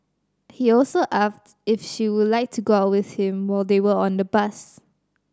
he also asked if she would like to go out with him while they were on the bus